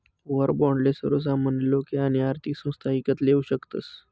war बाॅन्डले सर्वसामान्य लोके आणि आर्थिक संस्था ईकत लेवू शकतस